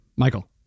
Michael